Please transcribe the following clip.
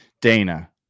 Dana